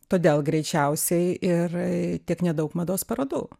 todėl greičiausiai ir tiek nedaug mados parodų